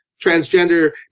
transgender